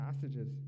passages